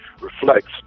reflects